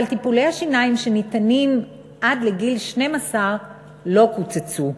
אבל טיפולי השיניים שניתנים עד גיל 12 לא קוצצו.